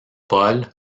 paul